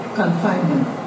confinement